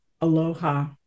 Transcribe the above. aloha